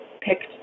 picked